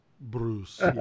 Bruce